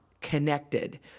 connected